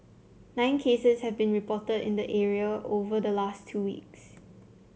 nine cases have been reported in the area over the last two weeks